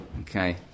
Okay